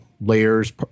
layers